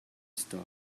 stall